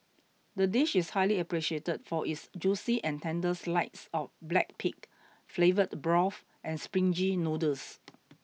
the dish is highly appreciated for its juicy and tender slides of black pig flavourful broth and springy noodles